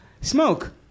smoke